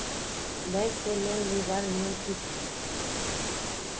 Bank से loan लुबार नियम की छे?